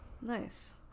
nice